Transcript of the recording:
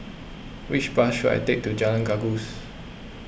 which bus should I take to Jalan Gajus